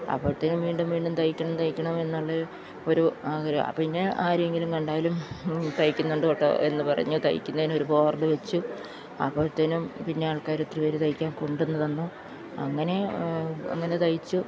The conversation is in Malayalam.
അപ്പോഴത്തേക്കും വീണ്ടും വീണ്ടും തയ്ക്കണം തയ്ക്കണം എന്നുള്ള ഒരു ആഗ്രഹമാണ് പിന്നെ ആരെയെങ്കിലും കണ്ടാലും തയ്ക്കുന്നുണ്ട് കേട്ടോ എന്നു പറഞ്ഞു തയ്ക്കുന്നതിനൊരു ബോർഡ് വെച്ചു അപ്പോഴത്തേക്കും പിന്നെ ആൾക്കാർ ഒത്തിരി പേർ തയ്ക്കാൻ കൊണ്ടുവന്ന് തന്നു അങ്ങനെ അങ്ങനെ തയ്ച്ചു